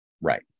right